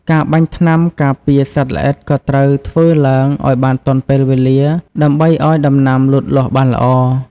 ការបាញ់ថ្នាំការពារសត្វល្អិតក៏ត្រូវធ្វើឡើងឱ្យបានទាន់ពេលវេលាដើម្បីឱ្យដំណាំលូតលាស់បានល្អ។